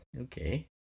Okay